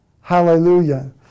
Hallelujah